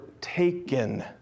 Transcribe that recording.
taken